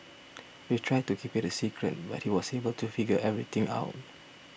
they tried to keep it a secret but he was able to figure everything out